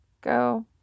Go